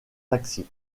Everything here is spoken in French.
taxis